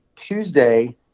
Tuesday